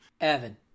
Evan